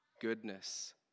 goodness